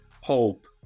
HOPE